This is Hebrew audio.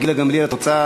גילה גמליאל, את רוצה